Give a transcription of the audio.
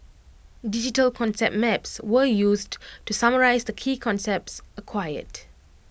digital concept maps were used to summarise the key concepts acquired